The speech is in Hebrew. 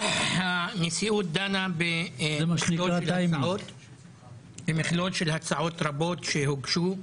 הנשיאות דנה במכלול של הצעות רבות שהוגשו,